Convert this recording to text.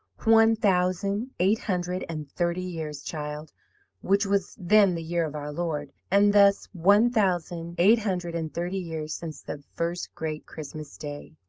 one thousand eight hundred and thirty years, child which was then the year of our lord, and thus one thousand eight hundred and thirty years since the first great christmas day.